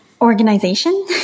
Organization